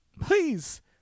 please